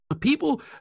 People